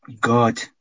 God